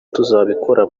tuzabikora